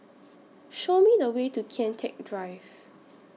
Show Me The Way to Kian Teck Drive